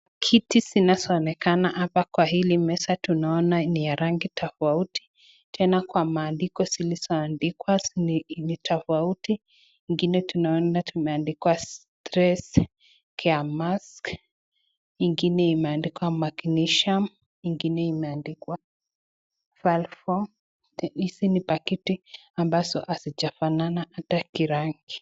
Kitu zinazo onekana hapa kwa hili meza tunaona ni ya rangi tofauti. Tena kwa maandiko zilizo adikwa ni tofauti. Ingine tunaona imeandikwa stress care mas , ingine imeandikwa magnesium , ingine imeandikwa Falfo ". Hizi ni paketi ambazo hazijafanana hata kirangi.